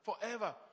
forever